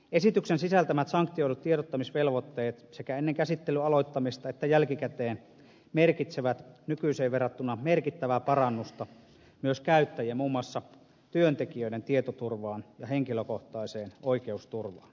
esityksen sisältämät sanktioidut tiedottamisvelvoitteet sekä ennen käsittelyn aloittamista että jälkikäteen merkitsevät nykyiseen verrattuna merkittävää parannusta myös käyttäjän muun muassa työntekijöiden tietoturvaan ja henkilökohtaiseen oikeusturvaan